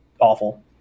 awful